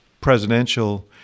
presidential